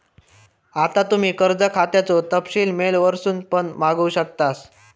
आता तुम्ही कर्ज खात्याचो तपशील मेल वरसून पण मागवू शकतास